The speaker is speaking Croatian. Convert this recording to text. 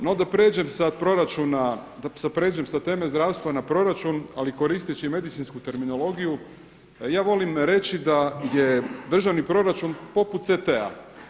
No, da pređem sa proračuna, da pređem sa teme zdravstva na proračun ali koristeći medicinsku terminologiju, ja volim reći da je državni proračun poput CT-a.